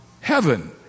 heaven